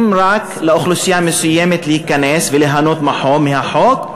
רק לאוכלוסייה מסוימת להיכנס וליהנות מהחוק,